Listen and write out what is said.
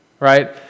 right